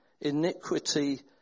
iniquity